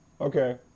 Okay